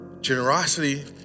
generosity